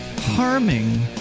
harming